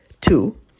Two